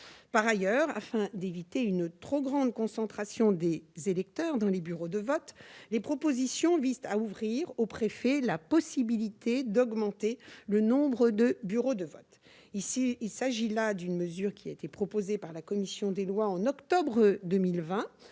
Par ailleurs, afin d'éviter une trop forte concentration des électeurs dans les bureaux de vote, les propositions de loi visent à ouvrir aux préfets la possibilité d'augmenter le nombre de bureaux de vote. Il s'agit là d'une mesure proposée par la commission des lois au mois d'octobre 2020